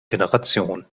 generation